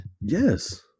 yes